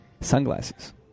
sunglasses